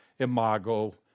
imago